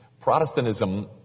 Protestantism